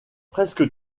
presque